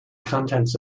contents